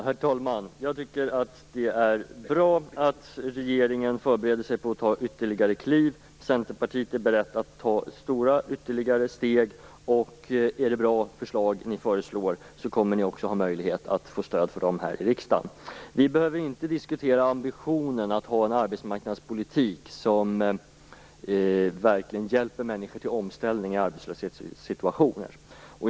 Herr talman! Jag tycker att det är bra att regeringen förbereder sig för att ta ytterligare kliv. Centerpartiet är berett att ta stora ytterligare steg, och är det bra saker som regeringen föreslår kommer den också ha möjlighet att få stöd för dem här i riksdagen. Vi behöver inte diskutera ambitionen att vi skall ha en arbetsmarknadspolitik som verkligen hjälper människor till omställning i arbetslöshetssituationer.